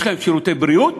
יש להם שירותי בריאות,